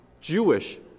Jewish